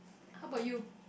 how about you